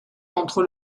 entre